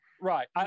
Right